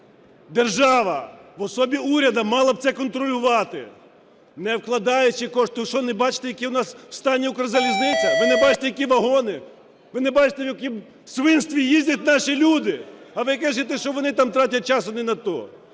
держава в особі уряду мала б це контролювати. Не вкладаючи кошти… Ви що не бачите, в якому у нас стані Укрзалізниця? Ви не бачите, які вагони? Ви не бачите, в якому свинстві їздять наші люди? А ви кажете, що вони там тратять час не на то.